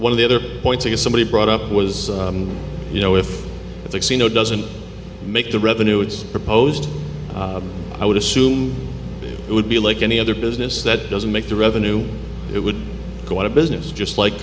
one of the other points of somebody brought up was you know if it's you know doesn't make the revenue it's proposed i would assume it would be like any other business that doesn't make the revenue it would go out of business just like